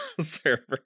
server